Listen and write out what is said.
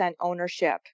ownership